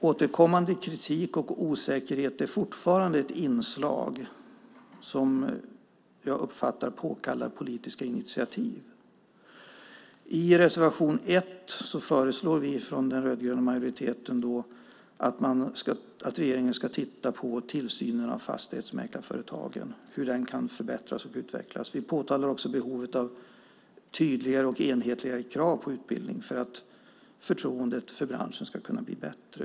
Återkommande kritik och osäkerhet är fortfarande ett inslag som jag uppfattar påkallar politiska initiativ. I reservation 1 föreslår vi från den rödgröna majoriteten att regeringen ska titta på hur tillsynen av fastighetsmäklarföretagen kan förbättras och utvecklas. Vi påtalar också behovet av tydligare och enhetligare krav på utbildning för att förtroendet för branschen ska bli bättre.